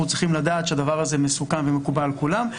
צריכים לדעת שהדבר הזה מסוכם ומקובל על כולם.